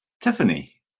Tiffany